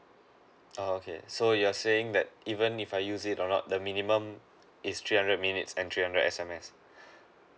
oo okay so you're saying that even if I use it or not the minimum is three hundred minutes and three hundred S_M_S